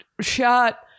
shot